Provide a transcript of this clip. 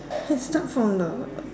can start from the